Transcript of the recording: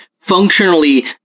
functionally